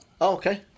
Okay